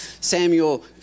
Samuel